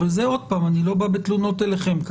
אבל אני כאן לא בא בתלונות אליכם.